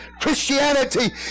Christianity